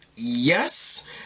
yes